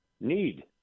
need